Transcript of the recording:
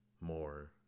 more